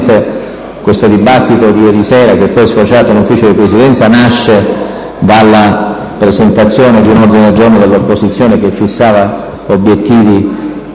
Sostanzialmente il dibattito di ieri sera, che poi è sfociato in un Consiglio di Presidenza, nasce dalla presentazione di un ordine del giorno dell'opposizione che fissava obiettivi